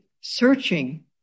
searching